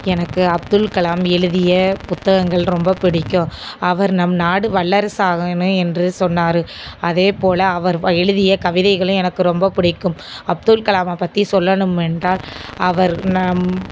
எனக்கு அப்துல் கலாம் எழுதிய புத்தகங்கள் ரொம்ப பிடிக்கும் அவர் நம் நாடு வல்லரசு ஆகணும் என்று சொன்னார் அதே போல் அவர் எழுதிய கவிதைகளும் எனக்கு ரொம்ப பிடிக்கும் அப்துல் கலாமை பற்றி சொல்லணும் என்றால் அவர் நம்